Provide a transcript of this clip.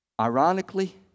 Ironically